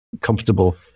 comfortable